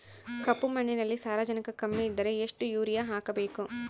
ಕಪ್ಪು ಮಣ್ಣಿನಲ್ಲಿ ಸಾರಜನಕ ಕಮ್ಮಿ ಇದ್ದರೆ ಎಷ್ಟು ಯೂರಿಯಾ ಹಾಕಬೇಕು?